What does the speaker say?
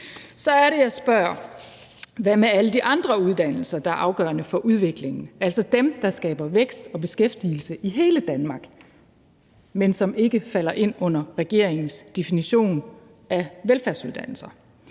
Så er det, jeg spørger: Hvad med alle de andre uddannelser, der er afgørende for udviklingen, altså dem, der skaber vækst og beskæftigelse i hele Danmark, men som ikke falder ind under regeringens definition af velfærdsuddannelser?